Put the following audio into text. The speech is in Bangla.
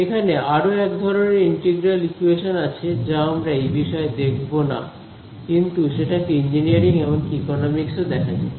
এখানে আরো এক ধরনের ইন্টিগ্রাল ইকুয়েশন আছে যা আমরা এই বিষয়ে দেখবো না কিন্তু সেটাকে ইঞ্জিনিয়ারিং এমনকি ইকোনমিক্স এও দেখা যায়